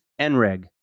NREG